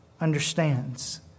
understands